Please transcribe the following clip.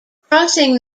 crossing